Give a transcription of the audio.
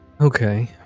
Okay